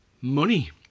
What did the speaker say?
Money